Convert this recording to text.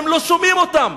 אתם לא שומעים אותם.